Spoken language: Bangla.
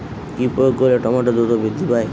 কি প্রয়োগ করলে টমেটো দ্রুত বৃদ্ধি পায়?